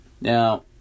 Now